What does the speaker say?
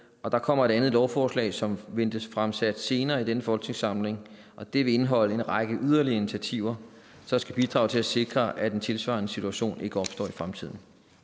der kommer et andet lovforslag, som ventes fremsat senere i denne folketingssamling. Det vil indeholde en række yderligere initiativer, som skal bidrage til at sikre, at en tilsvarende situation ikke opstår i fremtiden.